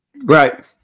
Right